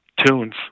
tunes